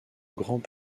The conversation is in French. grands